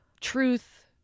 truth